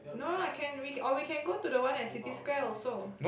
no I can we or we can go to the one at City Square also